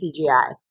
CGI